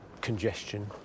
congestion